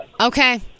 Okay